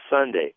Sunday